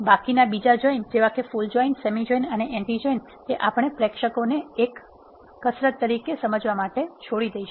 બાકીના બીજા જોઈન જેવા કે ફૂલ જોઈન સેમી જોઈન અને એન્ટી જોઈન એ આપણે પ્રેક્ષકોને એક કસરત તરીકે સમજવા માટે છોડી દઈશું